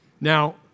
Now